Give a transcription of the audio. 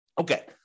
Okay